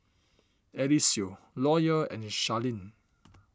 Eliseo Loyal and Charleen